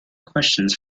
questions